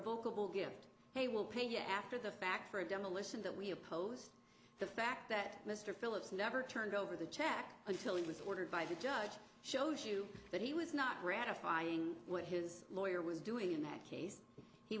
vokable gift he will pay you after the fact for a demolition that we opposed the fact that mr phillips never turned over the check until it was ordered by the judge shows you that he was not ratifying what his lawyer was doing in that case he